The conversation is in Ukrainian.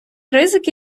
ризики